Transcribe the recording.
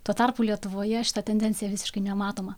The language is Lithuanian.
tuo tarpu lietuvoje šita tendencija visiškai nematoma